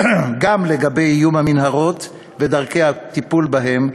גם לגבי איום המנהרות ודרכי הטיפול בהן,